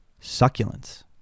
succulents